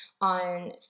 on